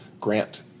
Grant